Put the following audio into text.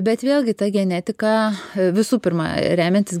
bet vėlgi ta genetika visų pirma remiantis